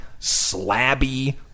slabby